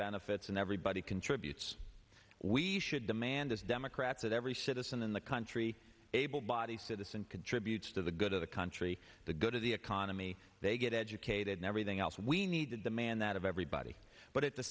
benefits and everybody contributes we should demand as democrats that every citizen in the country able bodied citizen contributes to the good of the country the good of the economy they get educated and everything else we need to demand that of everybody but at the